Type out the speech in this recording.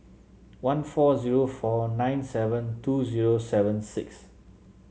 one four zero four nine seven two zero seven six